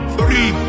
Three